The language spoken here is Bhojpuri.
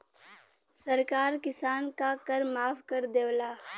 सरकार किसान क कर माफ कर देवला